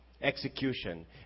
execution